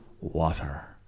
Water